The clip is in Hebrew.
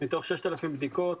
מתוך 6,000 בדיקות,